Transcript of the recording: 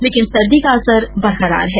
लेकिन सर्दी का असर बरकरार है